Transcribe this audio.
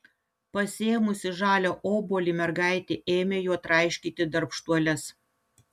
pasiėmusi žalią obuolį mergaitė ėmė juo traiškyti darbštuoles